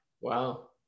Wow